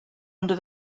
under